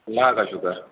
اللہ کا شکر